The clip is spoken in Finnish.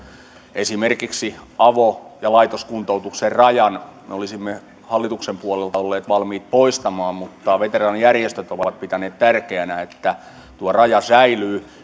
esimerkiksi avo ja laitoskuntoutuksen rajan me olisimme hallituksen puolelta olleet valmiit poistamaan mutta veteraanijärjestöt ovat ovat pitäneet tärkeänä että tuo raja säilyy